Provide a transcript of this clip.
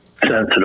sensitive